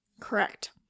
Correct